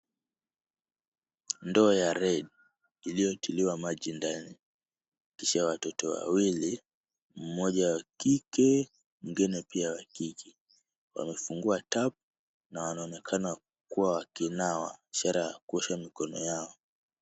Ndoo ya red iliyotiliwa maji ndani, kisha watoto wawili mmoja wa kike mwingine pia wa kike, wamefungua tap na wanaonekana kuwa wakinawa, ishara ya kuosha mikono yao.